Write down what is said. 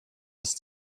ist